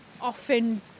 often